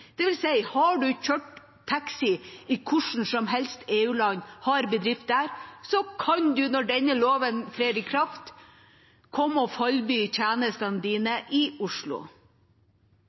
Har en kjørt taxi i hvilket som helst EU-land og har bedrift der, kan en, når denne loven trer i kraft, komme og falby tjenestene sine i Oslo.